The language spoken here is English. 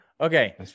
okay